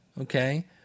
okay